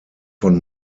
von